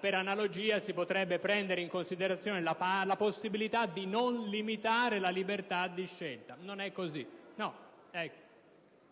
per analogia, si potrebbe prendere in considerazione la possibilità di non limitare la libertà di scelta.